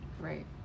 right